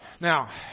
Now